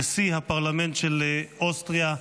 נשיא הפרלמנט של אוסטריה.